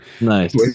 nice